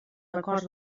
records